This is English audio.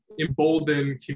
embolden